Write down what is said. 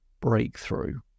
breakthrough